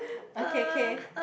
okay okay